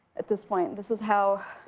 at this point. and this is how,